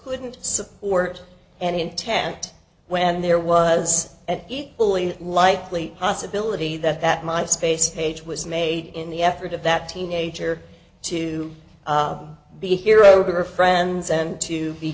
couldn't support and intact when there was at equally likely possibility that that my space page was made in the effort of that teenager to be a hero her friends and to be